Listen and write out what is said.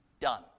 done